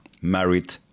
married